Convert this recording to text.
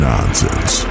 Nonsense